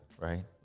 Right